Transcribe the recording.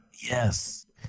Yes